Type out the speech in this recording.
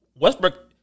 Westbrook